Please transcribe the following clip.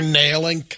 nailing